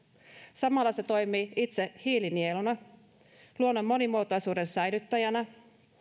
samalla se toimii itse hiilinieluna luonnon monimuotoisuuden säilyttäjänä